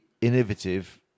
innovative